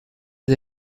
des